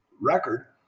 record